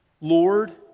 Lord